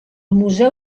museu